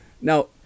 Now